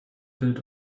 built